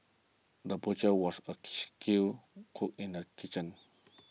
the butcher was a skilled cook in the kitchen